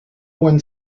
one